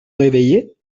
réveillés